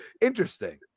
interesting